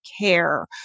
care